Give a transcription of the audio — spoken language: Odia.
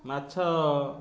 ମାଛ